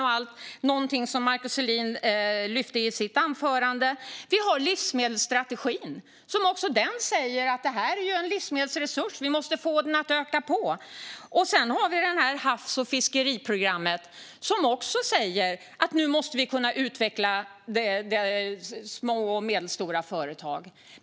Det var någonting som Markus Selin lyfte fram i sitt anförande. Vi har livsmedelsstrategin som också den säger att det här är en livsmedelsresurs. Vi måste få den att öka. Sedan har vi havs och fiskeriprogrammet. Det säger också att vi nu måste kunna utveckla små och medelstora företag.